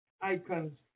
icons